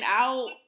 out